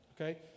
Okay